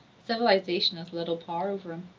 civilization has little power over him.